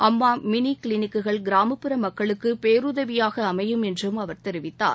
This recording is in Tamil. அம்மா மினி கிளினிக்குகள் கிராமப்புற மக்களுக்கு பேருதவியாக அமையும் என்றும் அவர் தெரிவித்தார்